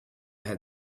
had